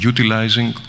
Utilizing